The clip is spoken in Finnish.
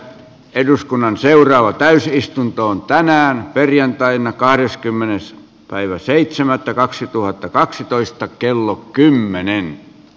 eduskunnan seuraava täysistunto on tänään perjantaina kahdeskymmenes päivä seitsemättä kaksituhattakaksitoista kello kymmenen j